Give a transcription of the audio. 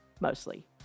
mostly